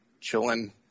chilling